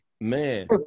Man